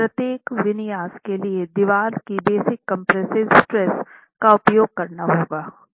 इसलिए प्रत्येक विन्यास के लिए दीवार की बेसिक कंप्रेसिव स्ट्रेस का उपयोग करना होगा